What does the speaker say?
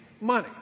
money